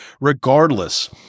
regardless